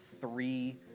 three